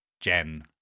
Jen